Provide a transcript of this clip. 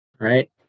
Right